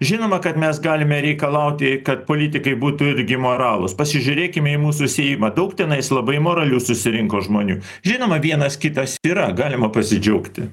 žinoma kad mes galime reikalauti kad politikai būtų irgi moralūs pasižiūrėkime į mūsų seimą daug tenais labai moralių susirinko žmonių žinoma vienas kitas yra galima pasidžiaugti